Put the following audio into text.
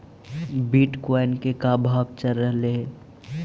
Bitcoin के का भाव चल रहलई हे?